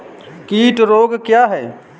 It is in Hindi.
कीट रोग क्या है?